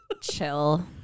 chill